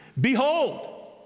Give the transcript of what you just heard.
behold